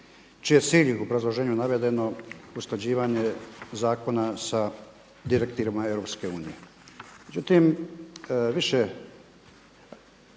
je cilj u obrazloženju navedeno usklađivanje zakona sa direktivama EU.